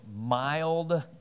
mild